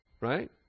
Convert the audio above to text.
right